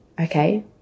okay